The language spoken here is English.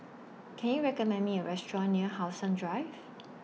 Can YOU recommend Me A Restaurant near How Sun Drive